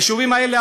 היישובים האלה,